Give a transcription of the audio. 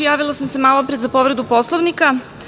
Javila sam se malopre za povredu Poslovnika.